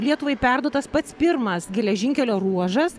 lietuvai perduotas pats pirmas geležinkelio ruožas